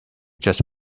just